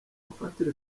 gufatira